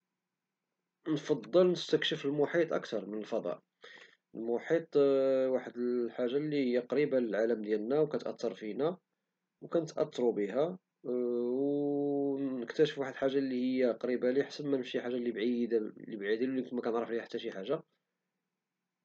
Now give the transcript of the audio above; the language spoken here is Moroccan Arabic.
نفشل نستكشف المحيط اكثر من الفضاء المحيط واحد الحاجة اللي هي قريبة للعالم ديالنا وكتأتر فينا او كنتأنرو بها ونكتاشف واحد الحاجة الي فريبة لي حسن من شي حاجة اللي بعيدة اللي بعيدة الي مكنعرف فيها حتى شي حاجة